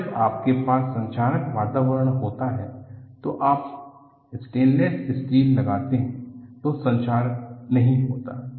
जब आपके पास संक्षारक वातावरण होता है तो आप स्टेनलेस स्टील लगाते हैं जो संक्षारक नहीं होता है